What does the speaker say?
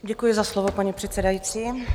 Děkuji za slovo, paní předsedající.